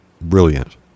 brilliant